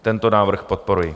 Tento návrh podporuji.